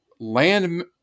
land